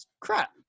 crap